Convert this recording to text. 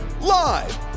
Live